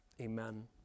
Amen